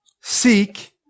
Seek